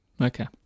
Okay